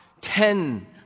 Ten